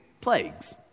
plagues